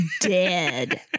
dead